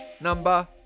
Number